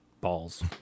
balls